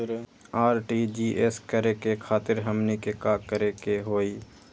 RTGS करे खातीर हमनी के का करे के हो ई?